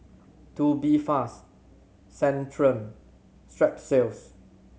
Tubifast Centrum Strepsils